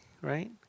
right